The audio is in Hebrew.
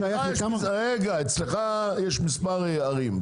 אצלך יש מספר ערים,